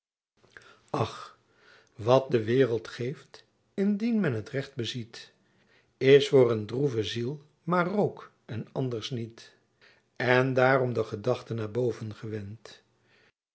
ach wat de werelt geeft indien men t recht besiet is voor een droeve ziel maer roock en anders niet en daarom de gedachten naar boven gewend